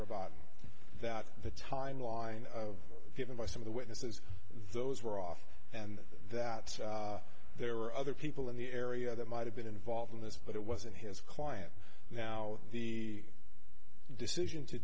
robot that the timeline of given by some of the witnesses those were off and that there were other people in the area that might have been involved in this but it wasn't his client now the decision to